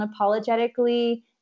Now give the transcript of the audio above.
unapologetically